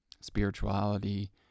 spirituality